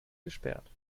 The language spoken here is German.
gesperrt